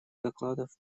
докладов